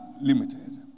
limited